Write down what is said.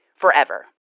forever